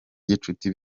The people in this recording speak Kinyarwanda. gicuti